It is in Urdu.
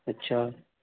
اچھا